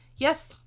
Yes